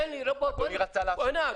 הדיון.